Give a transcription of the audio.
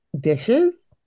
dishes